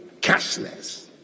cashless